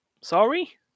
Sorry